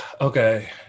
Okay